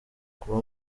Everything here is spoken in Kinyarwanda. kuba